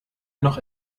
noch